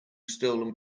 stolen